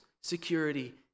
security